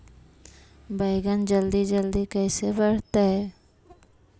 बैगन जल्दी जल्दी कैसे बढ़तै?